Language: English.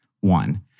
One